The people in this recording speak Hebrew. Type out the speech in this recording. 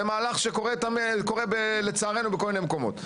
זה מהלך שקורה לצערנו בכל מיני מקומות.